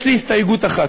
יש לי הסתייגות אחת.